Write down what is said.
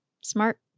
smart